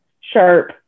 sharp